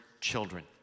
children